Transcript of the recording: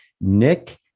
Nick